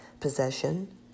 possession